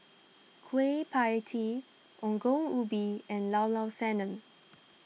Kueh Pie Tee Ongol Ubi and Llao Llao Sanum